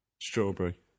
Strawberry